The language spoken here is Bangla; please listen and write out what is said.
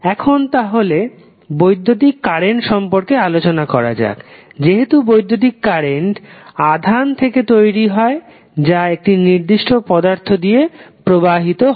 এখন তাহলে বৈদ্যুতিক কারেন্ট সম্পর্কে আলোচনা করা যাক যেহেতু বৈদ্যুতিক কারেন্ট আধান থেকে তৈরি হয় যা একটি নির্দিষ্ট পদার্থ দিয়ে প্রবাহিত হয়